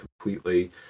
completely